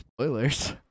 spoilers